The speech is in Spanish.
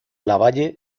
lavalle